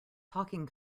talking